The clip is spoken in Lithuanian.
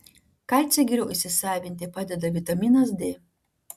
kalcį geriau įsisavinti padeda vitaminas d